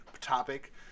topic